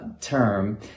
term